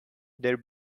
their